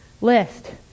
list